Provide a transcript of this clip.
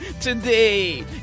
today